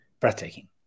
breathtaking